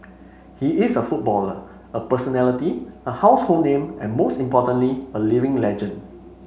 he is a footballer a personality a household name and most importantly a living legend